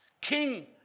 King